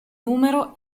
numero